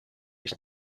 its